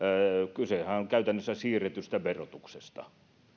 kysehän on käytännössä siirretystä verotuksesta